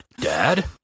Dad